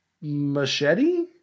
machete